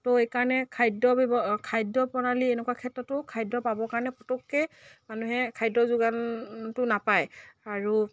তো এইকাৰণে খাদ্য ব্যৱ খাদ্য প্ৰণালী এনেকুৱা ক্ষেত্ৰতো খাদ্য পাবৰ কাৰণে পটককে মানুহে খাদ্য যোগানটো নাপায় আৰু